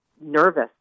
nervous